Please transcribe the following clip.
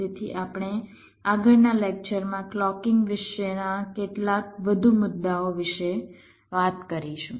તેથી આપણે આગળના લેકચરમાં ક્લૉકિંગ વિશેના કેટલાક વધુ મુદ્દાઓ વિશે વાત કરીશું